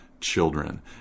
children